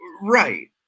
Right